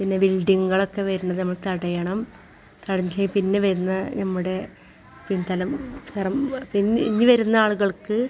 പിന്നെ ബിൽഡിങ്ങുകളൊക്കെ വരുന്നത് നമ്മൾ തടയണം തടഞ്ഞില്ലെ പിന്നെ വരുന്ന നമ്മുടെ പിൻ തലമുറ ഇനി വരുന്ന ആളുകൾക്ക്